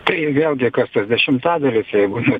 tai vėlgi kas tas dešimtadalis jeigu nuo